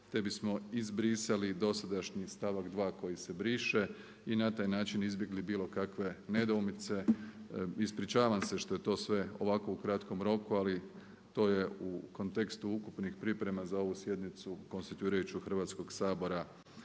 te bismo izbrisali dosadašnji stavak 2. koji se briše i na taj način izbjegli bilo kakve nedoumice. Ispričavam se što je to sve ovako u kratkom roku, ali to je u kontekstu ukupnih priprema za ovu sjednicu konstituirajuću Hrvatskog sabora